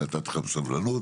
נתתי לך בסבלנות,